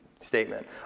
statement